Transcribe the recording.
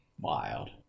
wild